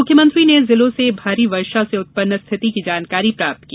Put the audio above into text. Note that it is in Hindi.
मुख्यमंत्री ने जिलों से भारी वर्षा से उत्पन्न स्थिति की जानकारी प्राप्त की